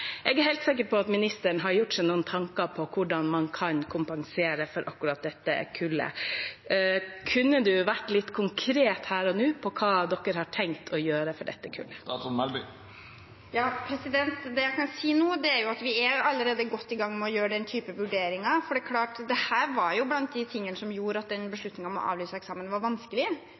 Jeg er helt sikker på at ministeren har gjort seg noen tanker om hvordan man kan kompensere for akkurat dette kullet. Kunne ministeren vært litt konkret her og nå og si hva man har tenkt å gjøre for dette kullet? Det jeg kan si nå, er at vi allerede er godt i gang med å gjøre den typen vurderinger. Det er klart at dette var blant de tingene som gjorde at beslutningen om å avlyse eksamenen var vanskelig,